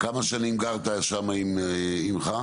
כמה שנים גרת שם עם אימך?